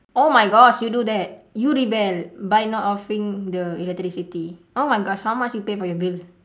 oh my gosh you do that you rebel by not offing the electricity oh my gosh how much you pay for your bill